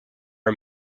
are